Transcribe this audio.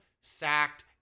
sacked